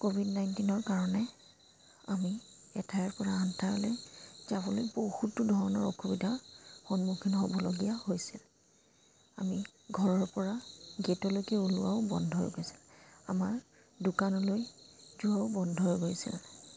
Covid নাইণ্টিনৰ কাৰণে আমি এঠাইৰ পৰা আন ঠাইলে যাবলৈ বহুতো ধৰণৰ অসুবিধাৰ সন্মুখীন হ'বলগীয়া হৈছিল আমি ঘৰৰ পৰা গেটলৈকে ওলোৱাও বন্ধ হৈ গৈছিল আমাৰ দোকানলৈ যোৱাও বন্ধ হৈ গৈছিল